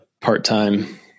part-time